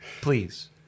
Please